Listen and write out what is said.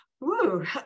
Woo